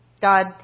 God